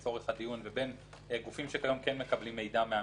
לבין גופים שכיום כן מקבלים מידע מהמרשם.